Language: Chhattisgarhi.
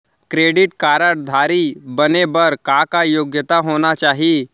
क्रेडिट कारड धारी बने बर का का योग्यता होना चाही?